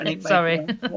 Sorry